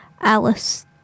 Alice